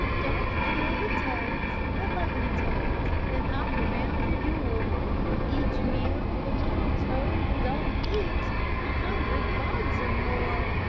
don't kill the toads, the ugly toads, that hop around your door each meal the little toad doth eat a hundred bugs or more.